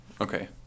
Okay